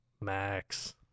max